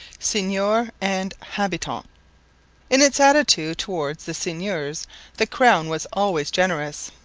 seigneur and habitant in its attitude toward the seigneurs the crown was always generous.